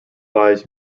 lies